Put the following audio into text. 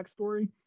backstory